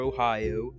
Ohio